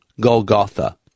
Golgotha